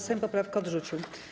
Sejm poprawkę odrzucił.